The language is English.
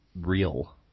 real